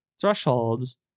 thresholds